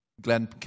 Glenn